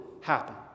happen